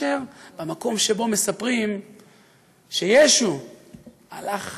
במקום שמספרים שישו הלך